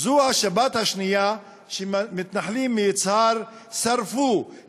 "זו השבת השנייה שמתנחלים מיצהר שרפו,